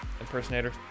Impersonator